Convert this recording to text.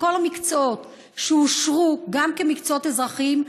כל המקצועות שאושרו גם כמקצועות אזרחיים,